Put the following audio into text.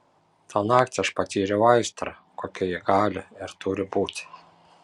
tą naktį aš patyriau aistrą kokia ji gali ir turi būti